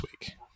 week